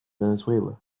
venezuela